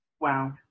Wow